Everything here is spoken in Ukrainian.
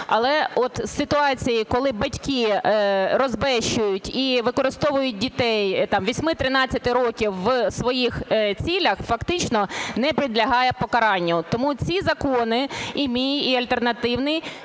але ситуація, коли батьки розбещують і використовують дітей 8-13 років в своїх цілях, фактично не підлягає покаранню. Тому ці закони, і мій, і альтернативний,